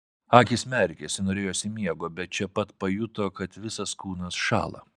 akys merkėsi norėjosi miego bet čia pat pajuto kad visas kūnas šąla